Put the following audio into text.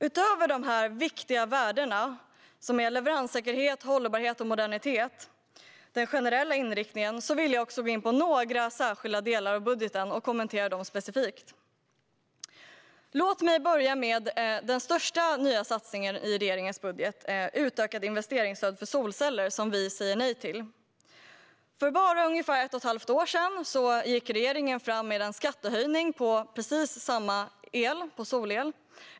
Utöver de viktiga värdena leveranssäkerhet, hållbarhet och modernitet - den generella inriktningen - vill jag också gå in på några särskilda delar av budgeten och kommentera dem specifikt. Låt mig börja med den största nya satsningen i regeringens budget, utökat investeringsstöd för solceller, som vi säger nej till. För bara ungefär ett och ett halvt år sedan gick regeringen fram med en skattehöjning på just solel.